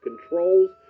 controls